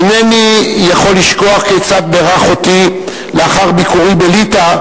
אינני יכול לשכוח כיצד בירך אותי לאחר ביקורי בליטא,